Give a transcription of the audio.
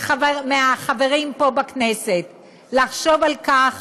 מהחברים פה בכנסת לחשוב על כך